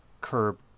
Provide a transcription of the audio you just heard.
Curb